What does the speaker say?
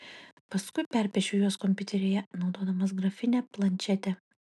paskui perpiešiu juos kompiuteryje naudodamas grafinę planšetę